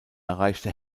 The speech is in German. erreichte